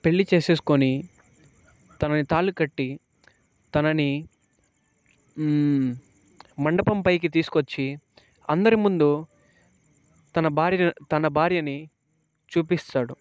పెళ్ళి చేసేసుకొని తనని తాళ్ళు కట్టి తనని మండపం పైకి తీసుకొచ్చి అందరి ముందు తన భార్యని తన భార్యని చూపిస్తాడు